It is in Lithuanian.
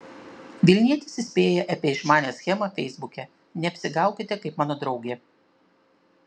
vilnietis įspėja apie išmanią schemą feisbuke neapsigaukite kaip mano draugė